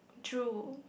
true